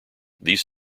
these